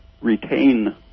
retain